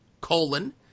colon